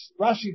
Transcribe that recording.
Rashi